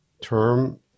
term